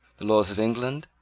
the laws of england,